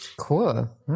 Cool